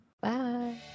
Bye